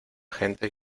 gente